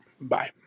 Bye